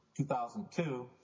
2002